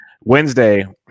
Wednesday